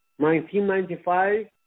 1995